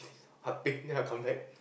heart pain ah come back